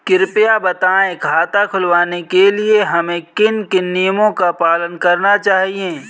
कृपया बताएँ खाता खुलवाने के लिए हमें किन किन नियमों का पालन करना चाहिए?